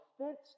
offense